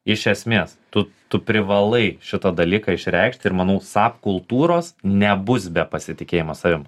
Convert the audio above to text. iš esmės tu tu privalai šitą dalyką išreikšt ir manau sap kultūros nebus be pasitikėjimo savim